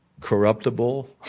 corruptible